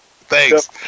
Thanks